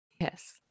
Yes